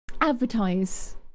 advertise